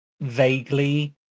vaguely